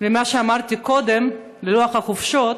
ממה שאמרתי קודם על לוח החופשות,